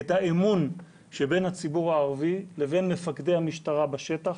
את האמון שבין הציבור הערבי ובין מפקדי המשטרה בשטח.